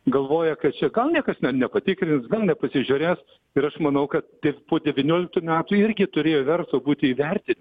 galvoja kad čia gal niekas ne nepatikrins gal nepasižiūrės ir aš manau kad tik po devynioliktų metų irgi turėjo verso būti įvertin